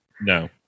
No